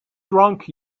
drunk